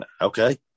okay